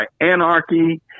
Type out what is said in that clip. anarchy